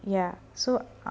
ya so